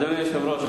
אדוני היושב-ראש,